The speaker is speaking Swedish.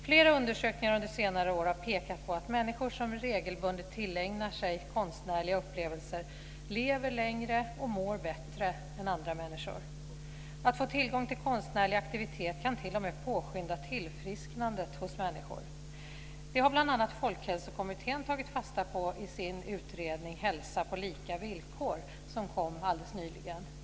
Flera undersökningar under senare år har pekat på att människor som regelbundet tillägnar sig konstnärliga upplevelser lever längre och mår bättre än andra människor. Att få tillgång till konstnärlig aktivitet kan t.o.m. påskynda tillfrisknandet hos människor. Det har bl.a. Folkhälsokommittén tagit fasta på i sin utredning Hälsa på lika villkor som kom alldeles nyligen.